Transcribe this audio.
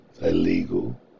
Illegal